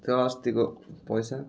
त्यो अस्तिको पैसा